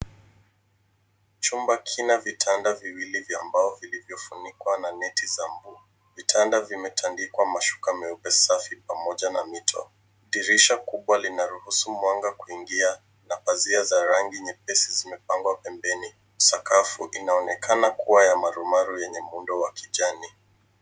Chumba kina vitanda viwili vya mbao vilivyofunikwa na neti za cs blue cs. Vitanda vimetandikwa neti za safi pamoja na mito. Dirisha kubwa linaruhusu mwanga kuingia, na pazia za rangi nyepesi zimepangwa pembeni. Sakafu inaonekana kuwa ya marumaru yenye muundo wa kijani.